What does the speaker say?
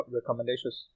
recommendations